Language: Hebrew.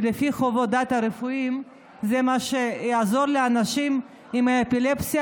ולפי חוות הדעת הרפואיות זה מה שיעזור לאנשים עם אפילפסיה